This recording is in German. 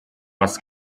was